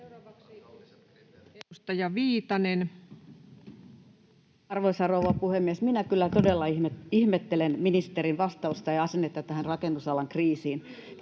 edustaja Viitanen. Arvoisa rouva puhemies! Minä kyllä todella ihmettelen ministerin vastausta ja asennetta tähän rakennusalan kriisiin.